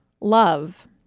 love